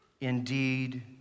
indeed